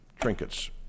trinkets